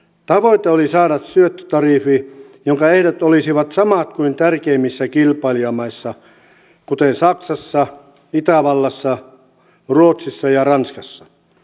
tavoite oli saada syöttötariffi jonka ehdot olisivat samat kuin tärkeimmissä kilpailijamaissa kuten saksassa itävallassa ruotsissa ja ranskassa